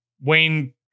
Wayne